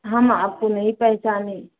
हम आपको नहीं पहचाने